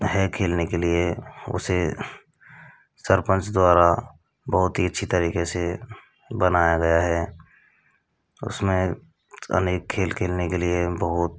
है खेलने के लिए उसे सरपंच द्वारा बहुत ही अच्छी तरीके से बनाया गया है उसमें अनेक खेल खेलने के लिए बहुत